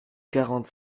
quarante